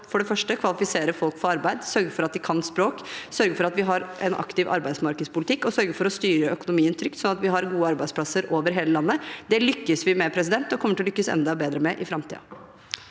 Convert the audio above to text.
for det første å kvalifisere folk for arbeid, sørge for at de kan språk, sørge for at vi har en aktiv arbeidsmarkedspolitikk, og sørge for å styre økonomien trygt, sånn at vi har gode arbeidsplasser over hele landet. Det lykkes vi med og kommer til å lykkes enda bedre med i framtiden.